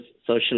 social